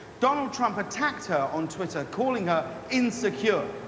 donald trump attacked her on twitter, calling her insecure.